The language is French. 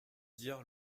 dire